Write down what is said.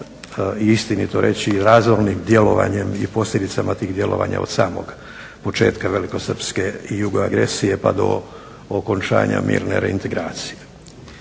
i istinito reći razornim djelovanjem i posljedicama tih djelovanja od samog početka velikosrpske Jugoagresije pa do okončanja mirne reintegracije.